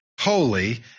holy